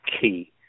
key